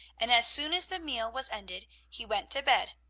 and as soon as the meal was ended he went to bed,